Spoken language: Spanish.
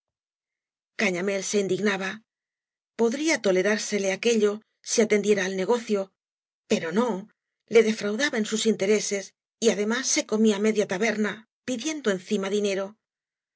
pronto cañamél se indignaba podría tolerársele aquello si atendiera al negocio pero no le defraudaba en bub interesesj y además se comía media taberna pidiendo encima dinerol